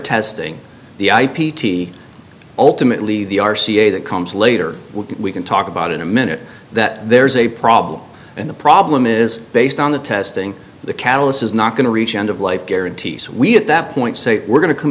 testing the i p t ultimately the r c a that comes later we can talk about in a minute that there's a problem and the problem is based on the testing the catalyst is not going to reach end of life guarantees we at that point say we're going to come